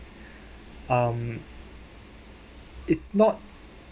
um it's not